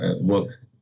work